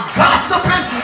gossiping